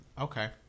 Okay